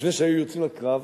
לפני שהיו יוצאים לקרב,